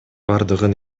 бардыгын